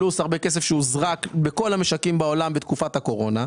פלוס הרבה כסף שהוזרק בכל המשקים בעולם בתקופת הקורונה.